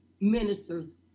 ministers